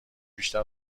بیشتر